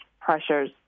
pressures